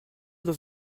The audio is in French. dans